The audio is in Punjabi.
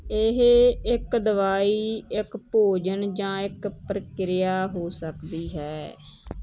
ਇਹ ਇੱਕ ਦਵਾਈ ਇੱਕ ਭੋਜਨ ਜਾਂ ਇੱਕ ਪ੍ਰਕਿਰਿਆ ਹੋ ਸਕਦੀ ਹੈ